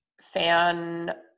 fan